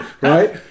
right